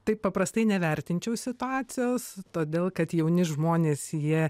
taip paprastai nevertinčiau situacijos todėl kad jauni žmonės jie